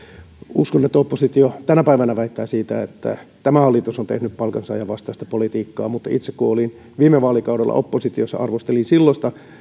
uskon että oppositio tänä päivänä väittää että tämä hallitus on tehnyt palkansaajavastaista politiikkaa mutta kun itse olin viime vaalikaudella oppositiossa arvostelin silloista